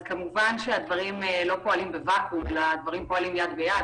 הדברים לא פועלים בוואקום אלא יד ביד.